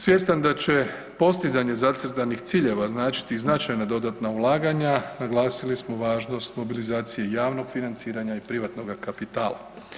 Svjestan da će postizanje zacrtanih ciljeva značiti i značajna dodatna ulaganja naglasili smo važnost mobilizacije javnog financiranja i privatnoga kapitala.